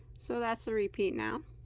so that's the repeat now